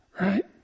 right